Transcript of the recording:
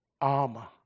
armor